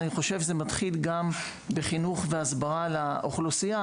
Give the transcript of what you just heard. אני חושב שזה מתחיל גם בחינוך והסברה לאוכלוסייה,